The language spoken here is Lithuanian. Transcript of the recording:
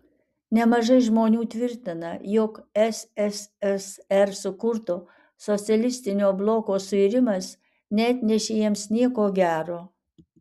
nemažai žmonių tvirtina jog sssr sukurto socialistinio bloko suirimas neatnešė jiems nieko gero